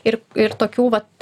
ir ir tokių vat